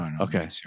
Okay